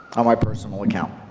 on my personal account.